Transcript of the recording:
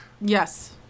yes